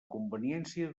conveniència